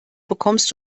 bekommst